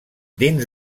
dins